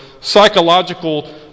psychological